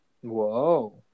Whoa